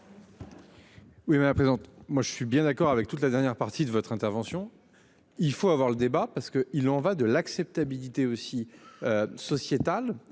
Oui mais la présente. Moi je suis bien d'accord avec toute la dernière partie de votre intervention. Il faut avoir le débat parce que il en va de l'acceptabilité aussi. Sociétal